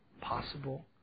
Possible